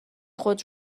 خود